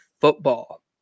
football